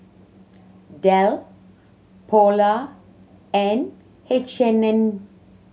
Dell Polar and H and M